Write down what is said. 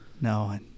No